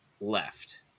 left